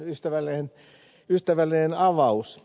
tämä on ystävällinen avaus